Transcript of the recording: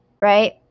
right